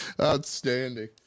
outstanding